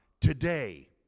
today